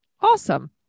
Awesome